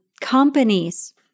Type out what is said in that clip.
companies